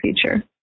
future